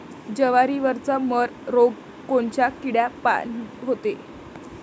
जवारीवरचा मर रोग कोनच्या किड्यापायी होते?